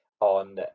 on